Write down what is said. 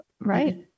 Right